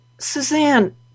Suzanne